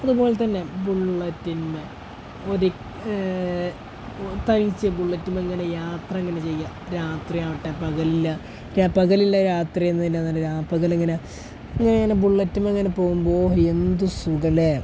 അതുപോലെത്തന്നെ ബുള്ളറ്റിന്മേൽ ഒരു ബുള്ളറ്റിന്മേൽ ഇങ്ങനെ യാത്ര ഇങ്ങനെ ചെയ്യുക രാത്രി ആവട്ടെ പകലില്ല പകലില്ല രാത്രിയൊന്നും ഇല്ലയെന്നുതന്നെ രാപ്പകലിങ്ങനെ ഇങ്ങനെ ബുള്ളറ്റിന്മേൽ ഇങ്ങനെ പോകുമ്പോൾ എന്തു സുഖമല്ലേ